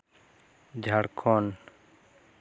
Jharkhand